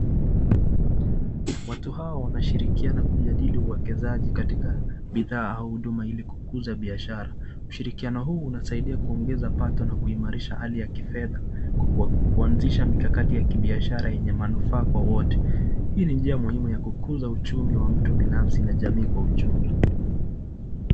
Watu hawa wanashirikiana kujadili uongezaji katika bithaa au huduma ili kukuza biashara. Ushirikiano huu unasaidia kuongeza pato na kuimarisha hali ya kifedha kwa kuanzisha mikakati ya kibiashara yenye manufaa kwa wote ,hii ni njia muhimu ya kukuza uchumi wa mtu binafsi na jamii kwa ujumla.